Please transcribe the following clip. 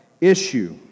issue